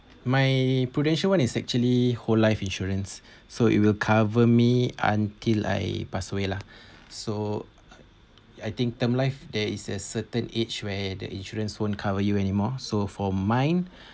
my prudential one is actually whole life insurance so it will cover me until I pass away lah so I think term life there is a certain age where the insurance won't cover you anymore so for mine